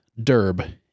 Derb